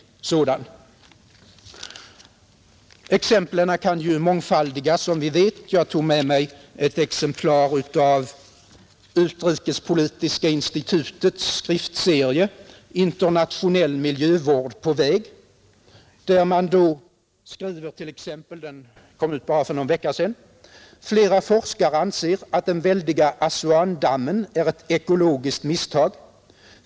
Exemplen kan mångfaldigas som vi vet. Jag tog med mig ett exemplar av Utrikespolitiska institutets skriftserie ”Internationell miljövård på väg?” Den kom för någon vecka sedan. Där står t.ex.: ”Flera forskare anser till exempel att den väldiga Assuandammen är ett ekologiskt misstag.